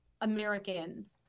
American